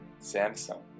Samsung